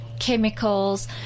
chemicals